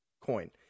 coin